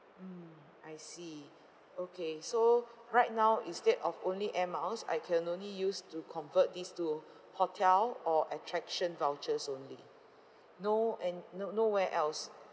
mm I see okay so right now instead of only air miles I can only use to convert these two hotel or attraction vouchers only no and no~ nowhere else